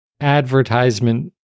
advertisement